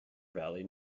valley